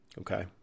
Okay